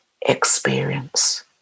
experience